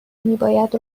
میباید